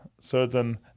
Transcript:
certain